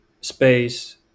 space